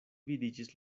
vidiĝis